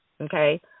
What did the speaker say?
okay